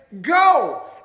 go